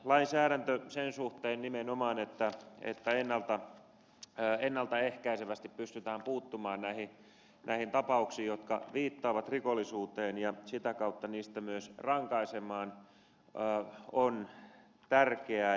lainsäädäntö sen suhteen nimenomaan että ennalta ehkäisevästi pystytään puuttumaan näihin tapauksiin jotka viittaavat rikollisuuteen ja sitä kautta niistä myös rankaisemaan on tärkeä